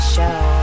Show